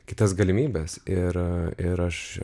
kitas galimybes ir ir aš